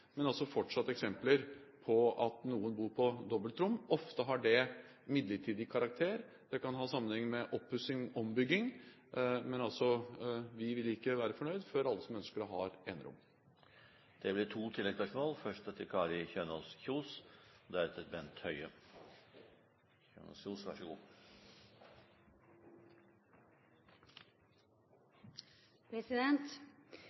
men det er altså fortsatt eksempler på at noen bor på dobbeltrom. Ofte har det midlertidig karakter. Det kan ha sammenheng med oppussing/ombygging. Men vi vil ikke være fornøyd før alle som ønsker det, har enerom. De blir to oppfølgingsspørsmål – først Kari Kjønaas Kjos.